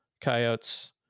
coyotes